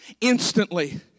instantly